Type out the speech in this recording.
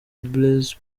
blaise